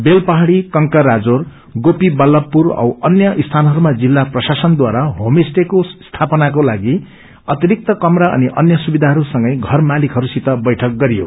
बेलपहाड़ी कंकराजोर गापीबाल्वपूर औ अन्य स्थानहरूमा जिल्ला प्रशासनद्वारा होमस्टेको स्थापनाको लागि अतिरिक्त कमरा अनि अन्य सुविधाहरूसगै घर मालिकहरूसित बैठक गरियो